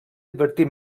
advertit